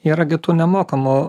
yra gi tų nemokamų